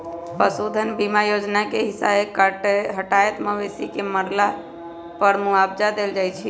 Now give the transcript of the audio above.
पशु धन बीमा जोजना के हिसाबे हटात मवेशी के मरला पर मुआवजा देल जाइ छइ